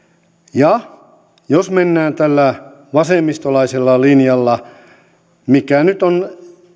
ja jos mennään tällä vasemmistolaisella linjalla mikä nyt on